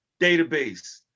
database